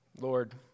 Lord